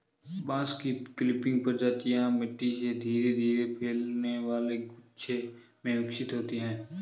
बांस की क्लंपिंग प्रजातियां मिट्टी से धीरे धीरे फैलने वाले गुच्छे में विकसित होती हैं